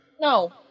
no